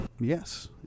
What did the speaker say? Yes